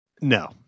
No